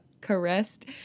caressed